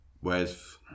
Whereas